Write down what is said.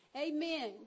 Amen